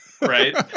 right